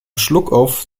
schluckauf